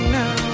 now